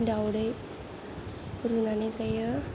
दाउदै रुनानै जायो